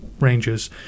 ranges